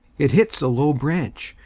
it hits a low branch,